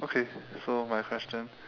okay so my question